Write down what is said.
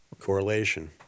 Correlation